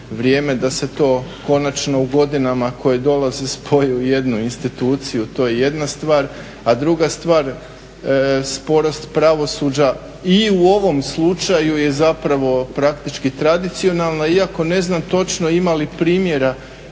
da se to konačno u godinama koje dolaze spoji u jednu instituciju. To je jedan stvar. A druga stvar, sporost pravosuđa i u ovom slučaju je zapravo praktički tradicionalna iako ne znam točno ima li primjera